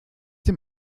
dem